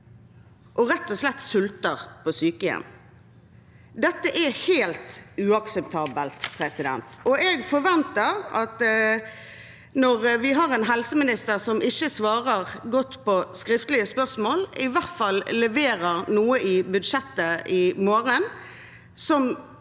og rett og slett sulter på sykehjem. Dette er helt uakseptabelt, og jeg forventer at en helseminister som ikke svarer godt på skriftlige spørsmål, i hvert fall leverer noe i budsjettet i morgen som